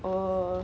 oh